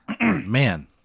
Man